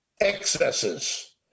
excesses